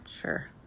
Sure